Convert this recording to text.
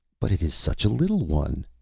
but it is such a little one,